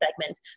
segment